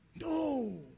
No